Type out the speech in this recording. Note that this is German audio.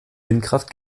windkraft